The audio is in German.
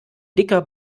dicker